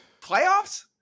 Playoffs